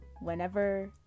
Whenever